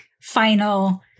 final